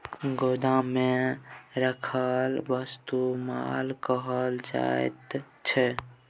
गोदाममे राखल वस्तुकेँ माल कहल जाइत छै